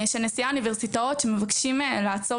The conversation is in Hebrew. שנשיאי האוניברסיטאות מבקשים לעצור